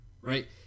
right